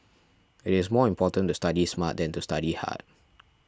it is more important to study smart than to study hard